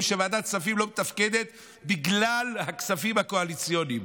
שוועדת כספים לא מתפקדת בגלל הכספים הקואליציוניים.